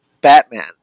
Batman